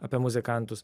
apie muzikantus